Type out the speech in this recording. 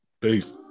Peace